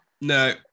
No